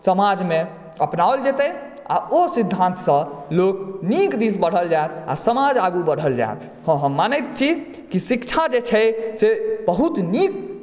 समाजमे अपनाओल जेतै आ ओ सिद्धान्तसँ लोक नीक दिश बढ़ल जाएत आओर समाज आगू बढ़ल जाए हँ हम मानैत छी कि शिक्षा जे छै से बहुत नीक